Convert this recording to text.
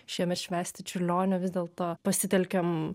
šiemet švęsti čiurlionio vis dėlto pasitelkiam